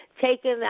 taken